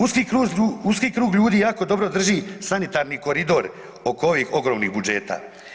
Uski krug ljudi jako dobro drži sanitarni koridor oko ovih ogromnih budžeta.